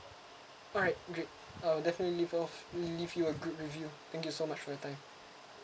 alright great I'll definitely leave off leave you a good review thank you so much for your time